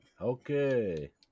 okay